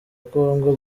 kongo